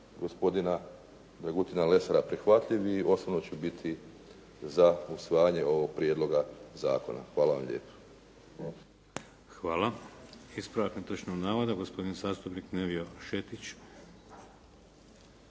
gospodina Dragutina Lesara prihvatljiv i osobno ću biti za usvajanje ovog prijedloga zakona. Hvala vam lijepa. **Šeks, Vladimir (HDZ)** Hvala. Ispravak netočnog navoda, gospodin zastupnik Nevio Šetić.